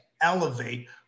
elevate